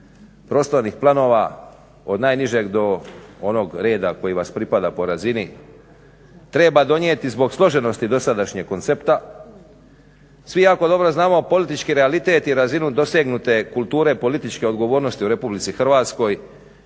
prostornih planova od najnižeg do onog reda koji vas pripada po razini treba donijeti zbog složenosti dosadašnjeg koncepta. Svi jako dobro znamo politički realitet i razinu dosegnute kulture političke odgovornosti u RH i svi jako